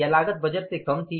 या लागत बजट से कम थी